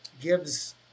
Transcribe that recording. gives